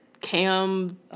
Cam